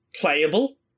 playable